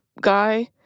guy